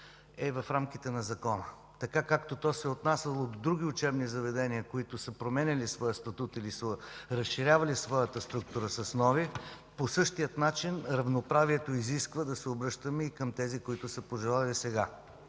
е в рамките на закона. Както се е отнасяло до други учебни заведения, които са променяли своя статут или са разширявали своята структура с нова, по същия начин равноправието изисква да се обръщаме и към тези, които са го пожелали сега.